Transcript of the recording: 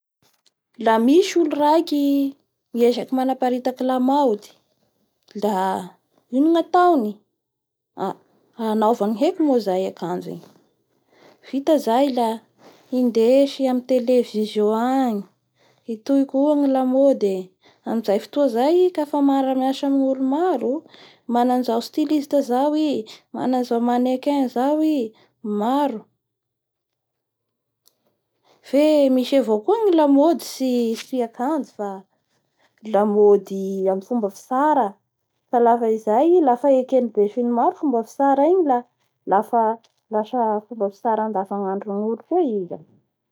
La misy olo raiky miezaky manaparitaky da ino gnataony a-anaovany heky moa zay i ankanjo igny vita zay la indesy amin'ny toy koa ny lamode eeamin'izay fotoa zay i ka efa miaramiasa amin'ny olo maro mana an'izao styliste zao i, mana an'izao manequin zao i, maro fe misy avao koa a mode tsy akanjo fa la mode amin'ny fomba fitsara fa lafa izay i, lafa eken'ny be sy ny maro fomba fitsar igny la lasa fomba fitsara andavanandron'olo koa igny.